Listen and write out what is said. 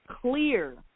clear